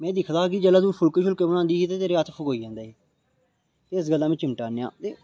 में दिखदा हा जेल्लै तूं फुल्के बनांदी ही तेरे हत्थ फकोई जंदे हे ते इस गल्ला में चिमटा आह्नेआ